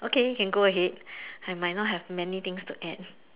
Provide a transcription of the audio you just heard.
okay can go ahead I might not have many things to add